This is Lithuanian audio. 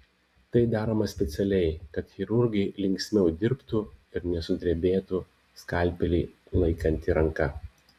tai daroma specialiai kad chirurgai linksmiau dirbtų ir nesudrebėtų skalpelį laikanti ranka